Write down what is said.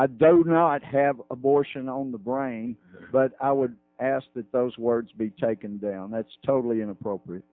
i don't not have abortion on the brain but i would ask that those words be taken down that's totally inappropriate